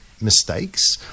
mistakes